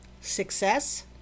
success